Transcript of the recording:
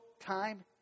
time